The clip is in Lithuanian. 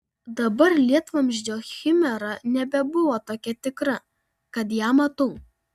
dabar lietvamzdžio chimera nebebuvo tokia tikra kad ją matau